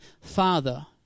father